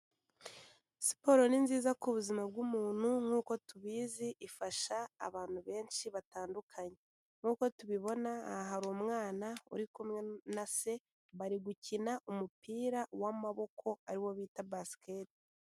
Siporo ni nziza ku buzima bw'umuntu nkuko tubizi ifasha abantu benshi batandukanye nkuko tubibona aha hari umwana uri kumwe na se, bari gukina umupira w'amaboko, ariwo bita basiketi.